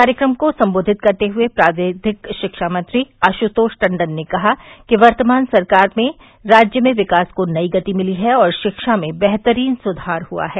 कार्यक्रम को सम्बोधित कर्रते हुये प्राविधिक शिक्षा मंत्री आशुतोष टंडन ने कहा कि वर्तमान सरकार में राज्य में विकास को नई गति मिली है और शिक्षा में बेहतरीन सुधार हुआ है